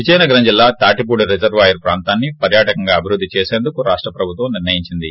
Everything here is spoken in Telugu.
విజయనగరం జిల్లా తాటిపూడి రిజర్వాయర్ ప్రాంతాన్ని పర్యాటకంగా అభివృద్ది చేసేందుకు రాష్ట ప్రభుత్వం నిర్ణయించింది